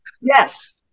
yes